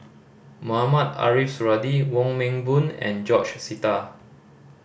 Mohamed Ariff Suradi Wong Meng Voon and George Sita